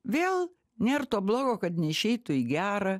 vėl nėr to blogo kad neišeitų į gerą